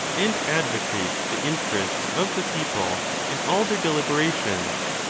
and advocate the interests of the people in all their deliberations.